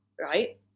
right